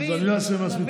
אני לא אעשה מעצמי צחוק.